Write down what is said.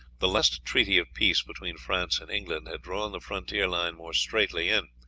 the last treaty of peace between france and england had drawn the frontier line more straitly in.